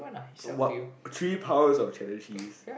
what three powers of cheddar cheese